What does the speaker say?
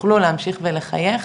שתוכלו להמשיך ולחייך